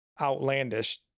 outlandish